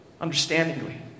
understandingly